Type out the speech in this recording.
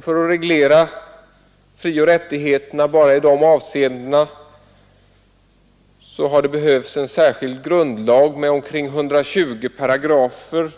För att reglera frioch rättigheterna bara i dessa avseenden har det behövts en särskild grundlag med omkring 120 paragrafer